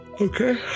okay